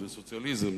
לסוציאליזם,